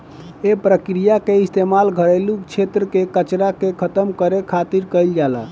एह प्रक्रिया के इस्तेमाल घरेलू क्षेत्र में कचरा के खतम करे खातिर खातिर कईल जाला